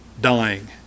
dying